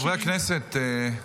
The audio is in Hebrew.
חברי הכנסת,